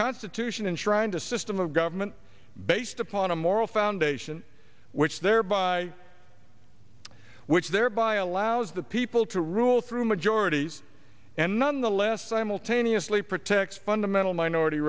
constitution enshrined a system of government based upon a moral foundation which thereby which thereby allows the people to rule through majorities and nonetheless simultaneously protect fundamental minority